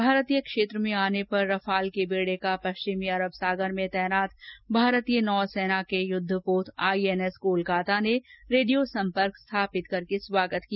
भारतीय क्षेत्र में आने पर रफाल के बेड़े का पश्चिमी अरब सागर में तैनात भारतीय नौसेना के युद्धपोत आईएनएस कोलकाता ने रेडियो संपर्क स्थापित करके स्वागत किया